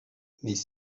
mais